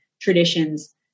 traditions